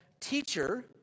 Teacher